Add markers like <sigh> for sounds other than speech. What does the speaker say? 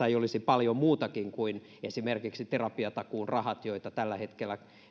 <unintelligible> ei olisi paljon muutakin esimerkiksi terapiatakuun rahoja joita tällä hetkellä